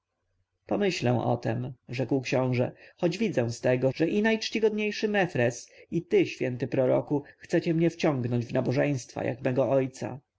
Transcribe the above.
pomyślę o tem rzekł książę choć widzę z tego że i najczcigodniejszy mefres i ty święty proroku chcecie mnie wciągnąć w nabożeństwa jak mego ojca